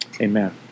Amen